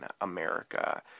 America